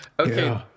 Okay